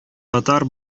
татар